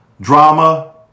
drama